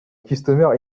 customer